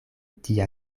tia